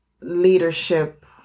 leadership